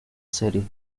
serie